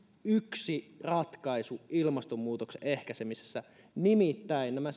yksi ratkaisu ilmastonmuutoksen ehkäisemisessä nimittäin nämä